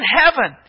heaven